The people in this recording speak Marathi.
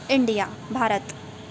इंडिया भारत